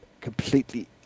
completely